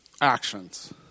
actions